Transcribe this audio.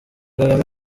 kagame